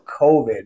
COVID